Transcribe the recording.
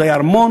זה היה ארמון.